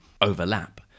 overlap